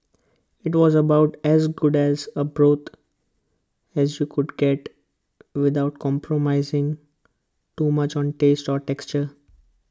IT was about as good as A broth as you could get without compromising too much on taste or texture